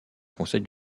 conseils